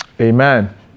Amen